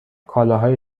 کالاهای